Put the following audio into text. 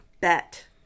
Bet